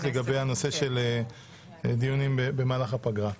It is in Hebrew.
לגבי הנושא של דיונים במהלך הפגרה.